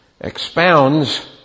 expounds